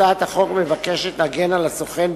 הצעת החוק מבקשת להגן על הסוכן,